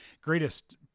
greatest